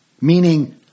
meaning